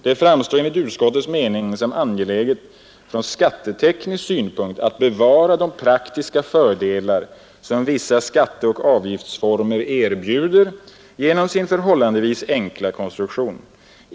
Det framstår enligt utskottets mening som angeläget från skatteteknisk synpunkt att bevara de praktiska fördelar som vissa skatteoch avgiftsformer erbjuder genom sin förhållandevis enkla konstruktion.